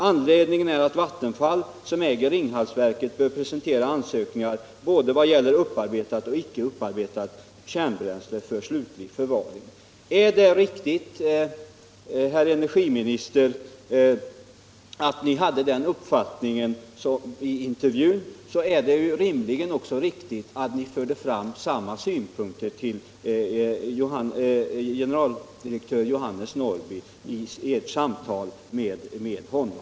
Anledningen är att Vattenfall, som äger Ringhalsverket, bör presentera ansökningar både vad gäller upparbetat och icke upparbetat kärnbränsle för slutlig förvaring.” Är det riktigt, herr energiminister, att ni hade den uppfattning som kommer fram i intervjun, är det rimligen också riktigt att ni förde fram samma synpunkter till generaldirektör Jonas Norrby i ert samtal med honom.